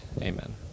Amen